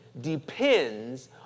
depends